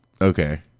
Okay